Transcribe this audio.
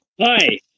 Hi